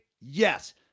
yes